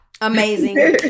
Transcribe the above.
Amazing